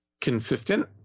Consistent